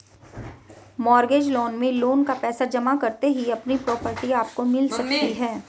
mortgage loan में loan का पैसा जमा करते ही अपनी प्रॉपर्टी आपको मिल सकती है